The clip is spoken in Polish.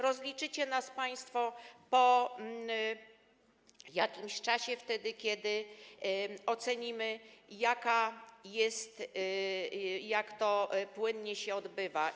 Rozliczycie nas państwo po jakimś czasie, wtedy kiedy ocenimy, jak to płynnie się odbywa.